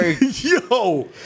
Yo